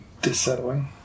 dissettling